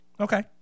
Okay